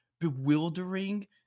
bewildering